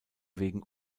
wegen